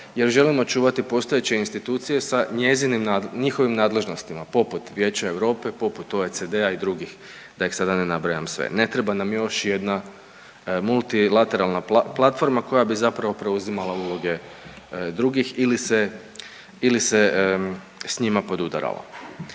jer želimo čuvati postojeće institucije sa njihovim nadležnostima, poput Vijeća Europe, poput OECD-a i dr. da ih sada ne nabrajam sve. Ne treba nam još jedna multilateralna platforma koja bi zapravo preuzimala uloge drugih ili se s njima podudarala.